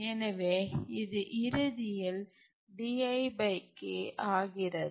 எனவே இது இறுதியில் ஆகிறது